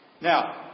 Now